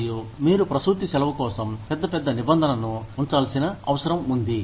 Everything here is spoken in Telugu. మరియు మీరు ప్రసూతి సెలవు కోసం పెద్ద పెద్ద నిబంధనను ఉంచాల్సిన అవసరం ఉంది